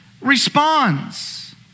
responds